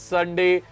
Sunday